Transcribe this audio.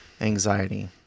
anxiety